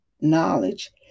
knowledge